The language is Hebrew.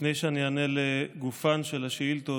לפני שאני אענה לגופן של השאילתות,